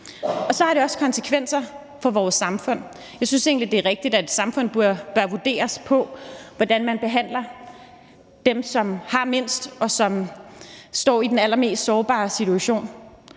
Så har det også konsekvenser for vores samfund. Jeg synes egentlig, det er rigtigt, at et samfund bør vurderes på, hvordan man behandler dem, som har mindst, og som står i den allermest sårbare situation.